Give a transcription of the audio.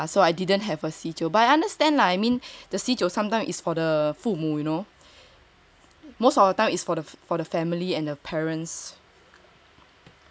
ya so I didn't have a 席酒 but I understand lah I mean the 席酒 sometime is for the 父母 you know most of the time is for the for the family and the parents